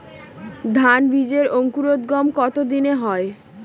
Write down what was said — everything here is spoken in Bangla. ধান বীজের অঙ্কুরোদগম কত দিনে হয়?